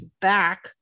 back